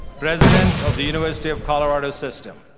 president of the university of colorado system.